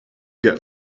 get